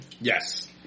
Yes